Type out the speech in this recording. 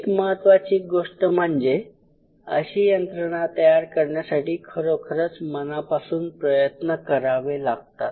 एक महत्त्वाची गोष्ट म्हणजे अशी यंत्रणा तयार करण्यासाठी खरोखरच मनापासून प्रयत्न करावे लागतात